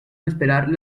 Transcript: esperar